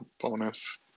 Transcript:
bonus